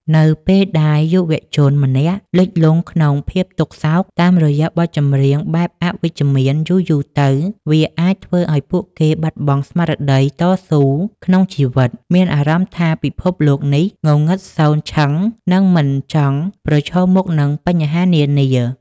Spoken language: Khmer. នៅពេលដែលយុវជនម្នាក់ៗលិចលង់ក្នុងភាពទុក្ខសោកតាមរយៈបទចម្រៀងបែបអវិជ្ជមានយូរៗទៅ វាអាចធ្វើឱ្យពួកគេបាត់បង់ស្មារតីតស៊ូក្នុងជីវិត មានអារម្មណ៍ថាពិភពលោកនេះងងឹតសូន្យឈឹង និងមិនចង់ប្រឈមមុខនឹងបញ្ហានានា